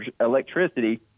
electricity